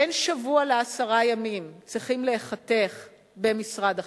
בין שבוע לעשרה ימים צריכים להיחתך במשרד החינוך,